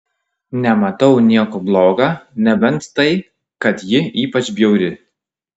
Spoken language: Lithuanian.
nematau nieko bloga nebent tai kad ji ypač bjauri